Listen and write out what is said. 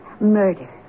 murder